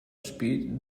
speed